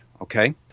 okay